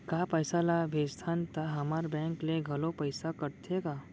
का पइसा ला भेजथन त हमर बैंक ले घलो पइसा कटथे का?